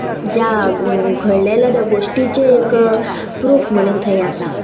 ज्या घडलेल्या त्या गोश्टीचे एक प्रूफ म्हणन थंय आसा